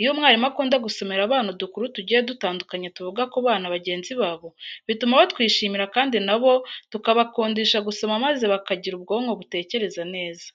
Iyo umwarimu akunda gusomera abana udukuru tugiye dutandukanye tuvuga ku bana bagenzi babo, bituma batwishimira kandi na bo tukabakundisha gusoma maze bakagira ubwonko butekereza neza.